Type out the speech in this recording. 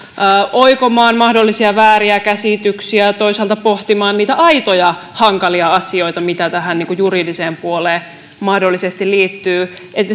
oikomaan mahdollisia vääriä käsityksiä ja toisaalta pohtimaan niitä aitoja hankalia asioita mitä tähän juridiseen puoleen mahdollisesti liittyy